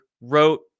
wrote